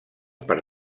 per